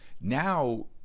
now